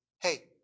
Hey